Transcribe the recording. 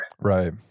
right